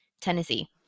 Tennessee